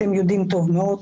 אתם יודעים טוב מאוד,